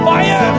Fire